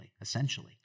essentially